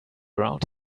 around